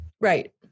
Right